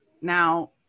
Now